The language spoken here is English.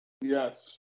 Yes